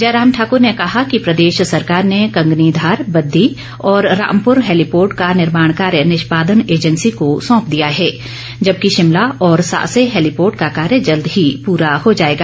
जयराम ठाकूर ने कहा कि प्रदेश सरकार ने कंगनीधार बद्दी और रामपुर हैलीपोर्ट का निर्माण कार्य निष्पादन एंजेसी को सौंप दिया है जबकि शिमला और सासे हैलीपोर्ट का कार्य जल्द ही पूरा हो जाएगा